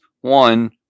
One